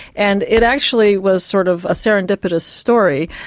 and it actually was sort of a serendipitous story.